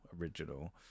original